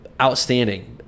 Outstanding